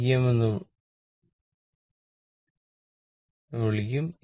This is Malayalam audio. Vm എന്ന് വിളിക്കും